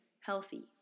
healthy